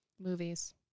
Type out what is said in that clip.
movies